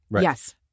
Yes